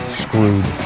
screwed